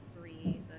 three